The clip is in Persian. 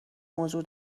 موضوع